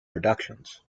productions